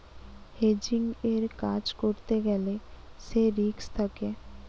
হেজিংয়ের কাজ করতে গ্যালে সে রিস্ক থাকে